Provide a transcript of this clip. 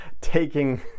taking